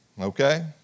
Okay